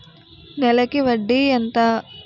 నెలకి వడ్డీ ఎంత?